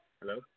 Hello